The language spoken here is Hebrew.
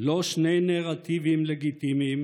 לא שני נרטיבים לגיטימיים